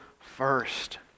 first